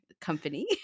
company